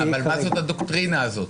אבל מה זאת הדוקטרינה הזאת?